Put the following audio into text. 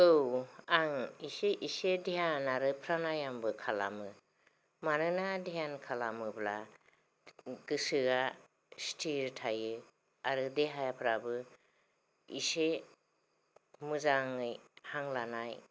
आव आं एसे एसे ध्यान आरो प्राणायामबो खालामो मानोना ध्यान खालामोबा गोसोआ स्थिर थायो आरो देहाफ्राबो एसे मोजाङै हां लानाय